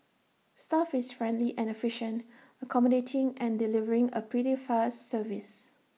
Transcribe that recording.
staff is friendly and efficient accommodating and delivering A pretty fast service